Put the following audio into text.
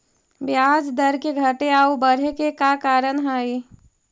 ब्याज दर के घटे आउ बढ़े के का कारण हई?